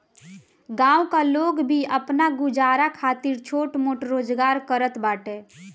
गांव का लोग भी आपन गुजारा खातिर छोट मोट रोजगार करत बाटे